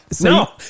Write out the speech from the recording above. No